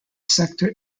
sector